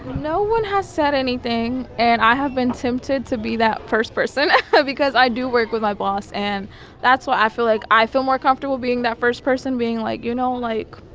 no one has said anything. and i have been tempted to be that first person so because i do work with my boss, and that's what i feel like. i feel more comfortable being that first person being, like, you know, like,